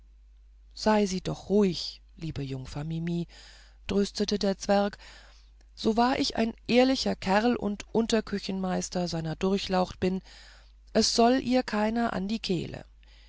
sei sie doch ruhig liebe jungfer mimi tröstete der zwerg so wahr ich ein ehrlicher kerl und unterküchenmeister seiner durchlaucht bin es soll ihr keiner an die kehle